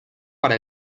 para